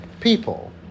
people